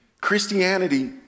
Christianity